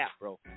bro